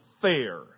Fair